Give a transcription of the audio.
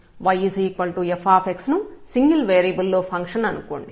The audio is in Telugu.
yf ను సింగిల్ వేరియబుల్ లో ఫంక్షన్ అనుకోండి